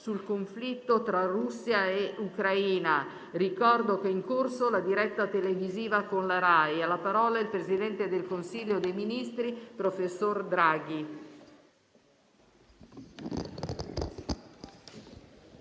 sul conflitto tra Russia e Ucraina». Ricordo che è in corso la diretta televisiva con la Rai. Ha facoltà di parlare il presidente del Consiglio dei ministri, professor Draghi.